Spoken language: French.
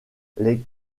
les